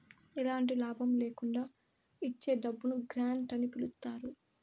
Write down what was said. ఎలాంటి లాభం ల్యాకుండా ఇచ్చే డబ్బును గ్రాంట్ అని పిలుత్తారు